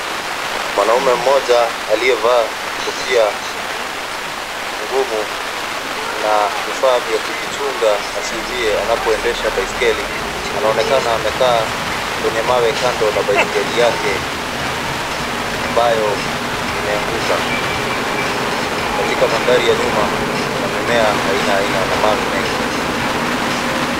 Mwanaume mmoja aliyevaa kofia ngumu na vifaa vya kujichunga asiumie anapoendesha baiskeli; anaonekana amekaa kwenye mawe kando na baiskeli yake ambayo imeanguka. Katika mandhari ya nyuma kuna mimea aina aina na mawe mengi.